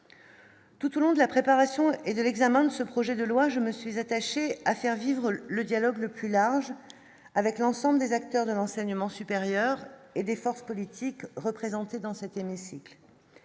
Tout au long de la préparation et de l'examen de ce projet de loi, je me suis attaché à faire vivre le dialogue le plus large avec l'ensemble des acteurs de l'enseignement supérieur et des forces politiques représentées dans cet hémicycle,